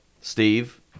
Steve